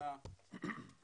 הממשלה לפיה